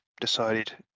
decided